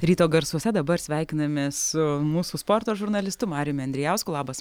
ryto garsuose dabar sveikinamės su mūsų sporto žurnalistu mariumi andrijausku labas